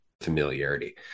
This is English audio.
Familiarity